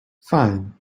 fine